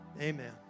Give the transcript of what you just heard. Amen